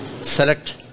select